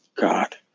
God